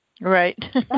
Right